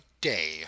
day